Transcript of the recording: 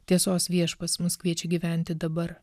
tiesos viešpats mus kviečia gyventi dabar